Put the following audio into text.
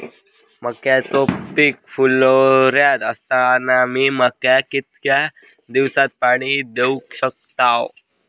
मक्याचो पीक फुलोऱ्यात असताना मी मक्याक कितक्या दिवसात पाणी देऊक शकताव?